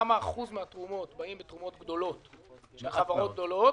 איזה שיעור מן התרומות מגיעות בתרומות גדולות של חברות גדולות